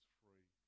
free